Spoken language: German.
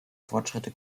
fortschritte